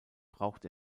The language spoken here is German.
braucht